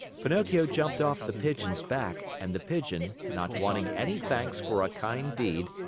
pinocchio jumped off the pigeon's back, and the pigeon, not wanting any thanks for a kind deed,